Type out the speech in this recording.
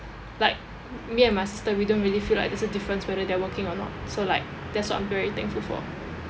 like me and my sister we don't really feel like there's a difference whether they are working or not so like that's what I'm very thankful for